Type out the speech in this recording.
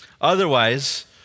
Otherwise